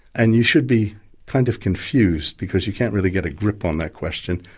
and you should be kind of confused because you can't really get a grip on that question.